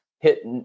hit